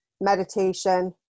meditation